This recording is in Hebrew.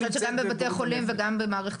אני חושבת שגם בבתי החולים וגם במערכת